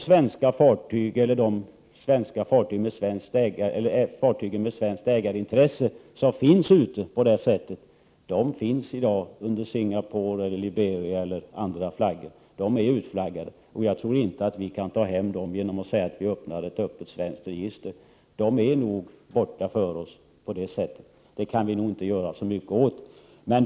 De flesta svenska fartyg eller fartyg med svenska ägarintressen som finns ute finns i dag under Singapores, Liberias eller andra länders flaggor. De är därmed utflaggade. Jag tror inte att vi kan ta hem dem genom att öppna ett öppet register. De är borta för oss, och vi kan nog inte göra mycket åt det.